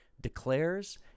declares